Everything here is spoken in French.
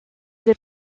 des